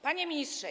Panie Ministrze!